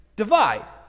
divide